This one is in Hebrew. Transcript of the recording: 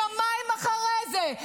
יומיים אחרי זה,